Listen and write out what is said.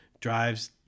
drives